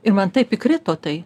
ir man taip įkrito tai